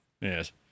Yes